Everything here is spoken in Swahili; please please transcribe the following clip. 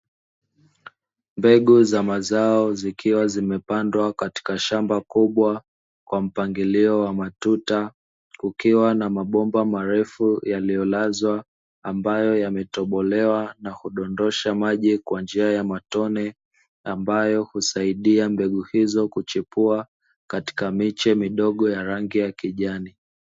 Mbegu za mazao zikiwa zimepandwa katika shamba kubwa kwa mpangilio wamatuta, Kukiwa na mabomba marefu yaliyo lazwa ambayo yametobolewa nakudosha maji kwa njia ya matone ambayo husaidia mbegu hizo kuchipua katika miche midogo ya rangi ya kijani.